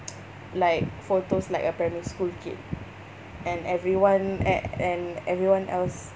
like photos like a primary school kid and everyone e~ and everyone else